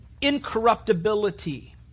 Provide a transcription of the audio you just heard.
incorruptibility